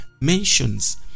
mentions